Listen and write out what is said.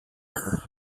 her